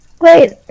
Wait